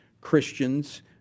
Christians